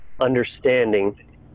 understanding